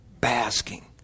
basking